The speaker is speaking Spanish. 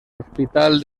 hospital